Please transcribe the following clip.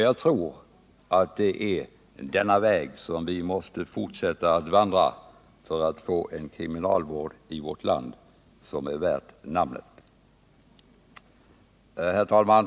Jag tror att detta är den väg som vi i fortsättningen måste vandra för att i vårt land kunna få en kriminalvård som är värd namnet. Herr talman!